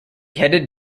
headed